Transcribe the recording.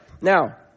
Now